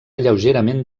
lleugerament